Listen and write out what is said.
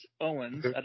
Owens